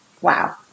Wow